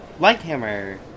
Lighthammer